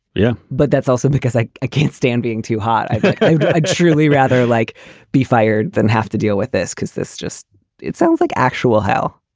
yeah, but that's also because i i can't stand being too hot. i extremely rather like be fired then have to deal with this because this just it sounds like actual hell.